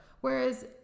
whereas